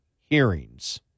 hearings